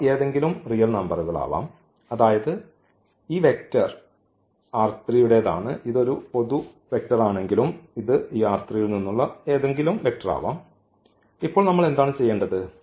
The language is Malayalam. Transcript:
അവ ഏതെങ്കിലും റിയൽ നമ്പറാകാം അതായത് ഈ വെക്റ്റർ ഈ ന്റേതാണ് ഇത് ഒരു പൊതു വെക്റ്റർ ആണെങ്കിലും ഇത് ഈ ൽ നിന്നുള്ള ഏതെങ്കിലും വെക്റ്റർ ആകാം ഇപ്പോൾ നമ്മൾ എന്താണ് ചെയ്യേണ്ടത്